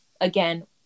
again